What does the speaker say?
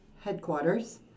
headquarters